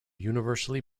universally